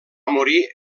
morir